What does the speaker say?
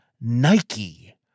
Nike